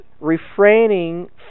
refraining